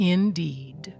Indeed